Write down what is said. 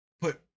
put